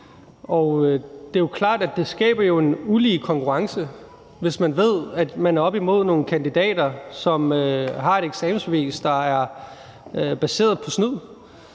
det er klart, at det jo skaber en ulige konkurrence, hvis man ved, at man er oppe imod nogle kandidater, som har et eksamensbevis, der er baseret på snyd.